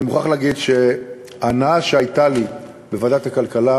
אני מוכרח להגיד שההנאה שהייתה לי בוועדת הכלכלה